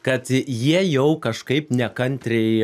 kad jie jau kažkaip nekantriai